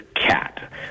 cat